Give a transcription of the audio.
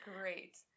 great